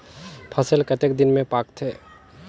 फसल कतेक दिन मे पाकथे?